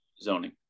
zoning